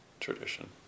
tradition